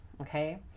okay